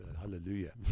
hallelujah